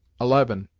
eleven.